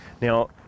Now